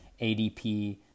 ADP